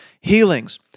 Healings